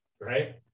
right